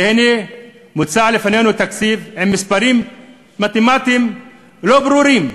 והנה מוצע לפנינו תקציב עם מספרים מתמטיים לא ברורים.